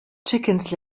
chickens